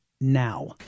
now